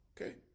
Okay